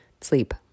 sleep